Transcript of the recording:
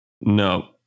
No